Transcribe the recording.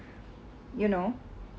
you know